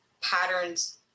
patterns